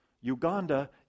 Uganda